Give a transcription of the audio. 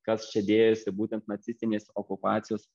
kas čia dėjosi būtent nacistinės okupacijos